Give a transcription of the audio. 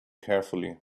carefully